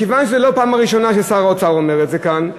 מכיוון שזו לא הפעם הראשונה ששר האוצר אומר את זה כאן,